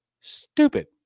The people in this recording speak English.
stupid